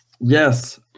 Yes